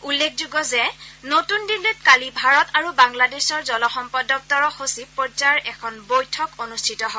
উল্লেখযোগ্য যে নতুন দিল্লীত কালি ভাৰত আৰু বাংলাদেশৰ জলসম্পদ দপুৰৰ সচিব পৰ্যায়ৰ এখন বৈঠক অনুষ্ঠিত হয়